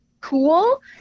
cool